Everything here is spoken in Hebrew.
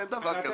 אין דבר כזה.